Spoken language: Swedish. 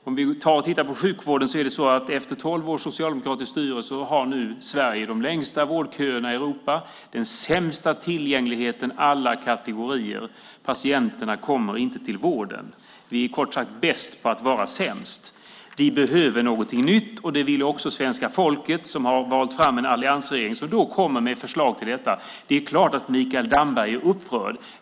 Om vi tittar på sjukvården ser vi att Sverige efter tolv års socialdemokratiskt styre nu har de längsta vårdköerna i Europa och den sämsta tillgängligheten alla kategorier - patienterna kommer inte till vården. Vi är, kort sagt, bäst på att vara sämst. Vi behöver någonting nytt. Det ville också svenska folket som valde en alliansregering, som nu kommer med förslag om detta. Det är klart att Mikael Damberg är upprörd.